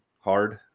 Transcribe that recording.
hard